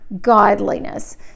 godliness